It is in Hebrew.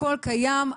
הכל קיים,